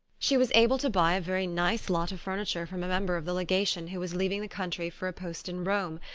she was able to buy a very nice lot of furniture from a member of the legation who was leaving the country for a post in rome,